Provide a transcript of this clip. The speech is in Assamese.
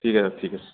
ঠিক আছে ঠিক আছে